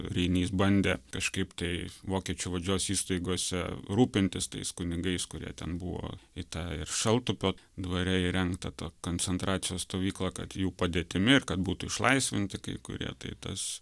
reinys bandė kažkaip tai vokiečių valdžios įstaigose rūpintis tais kunigais kurie ten buvo į tą ir šaltupio dvare įrengtą tą koncentracijos stovyklą kad jų padėtimi ir kad būtų išlaisvinti kai kurie tai tas